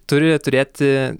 turi turėti